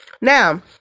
Now